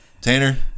Tanner